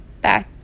bye